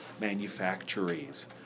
manufactories